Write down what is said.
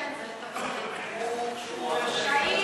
"שהיד"